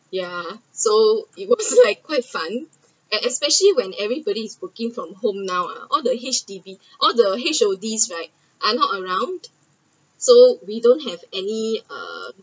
ya so it was like quite fun and when especially everybody is working from now ah all H_D_B all the H_O_D right are not around so we don’t have any uh